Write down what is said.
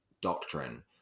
doctrine